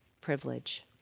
privilege